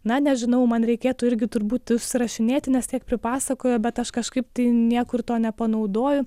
na nežinau man reikėtų irgi turbūt užsirašinėti nes tiek pripasakojo bet aš kažkaip tai niekur to nepanaudoju